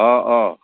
অঁ অঁ